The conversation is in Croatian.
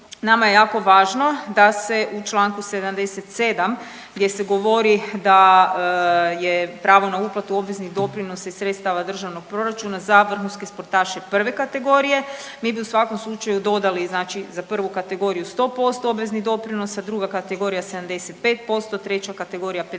Nama je jako važno da se u Članku 77. gdje se govori da je pravo na uplatu obveznih doprinosa iz sredstava Državnog proračuna za vrhunske sportaše prve kategorije, mi bi u svakom slučaju dodali znači za prvu kategoriju 100% obvezni doprinos, a druga kategorija 75%, treća kategorija 50%.